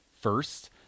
first